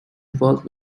evolve